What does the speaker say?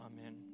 amen